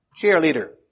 cheerleader